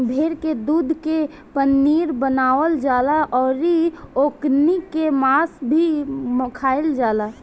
भेड़ के दूध के पनीर बनावल जाला अउरी ओकनी के मांस भी खाईल जाला